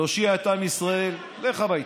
תושיע את עם ישראל, לך הביתה.